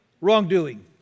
wrongdoing